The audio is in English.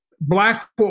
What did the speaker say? Black